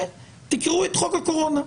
תקראו את חוק הקורונה,